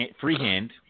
freehand